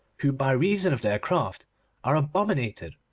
who by reason of their craft are abominated.